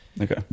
Okay